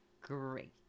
great